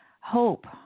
Hope